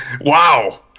Wow